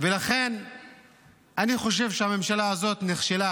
ולכן אני חושב שהממשלה הזאת נכשלה